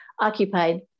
occupied